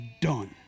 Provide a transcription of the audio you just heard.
done